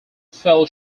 fell